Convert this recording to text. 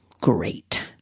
great